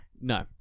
No